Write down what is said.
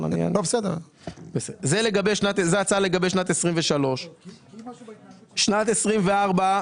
זו הצעה לגבי שנת 23'. לגבי שנת 24',